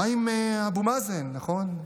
מה עם אבו מאזן, נכון?